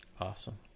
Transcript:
Awesome